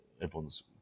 everyone's